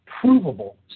provable